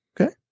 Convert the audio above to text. Okay